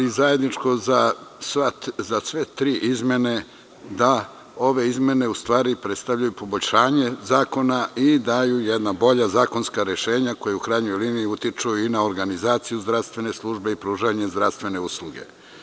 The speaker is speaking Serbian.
Zajedničko za sve tri izmene je da ove izmene u stvari predstavljaju poboljšanje zakona i daju bolja zakonska rešenja, koja u krajnjoj liniji utiču i na organizaciju zdravstvene službe i pružanju zdravstvene usluge.